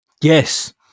yes